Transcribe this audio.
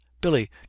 Billy